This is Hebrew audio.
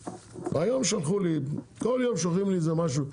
היום שלחו לי, כל יום שולחים לי איזה משהו.